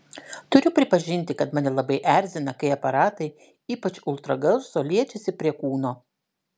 turiu pripažinti kad mane labai erzina kai aparatai ypač ultragarso liečiasi prie kūno